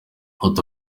ati